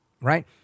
right